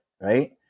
right